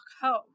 home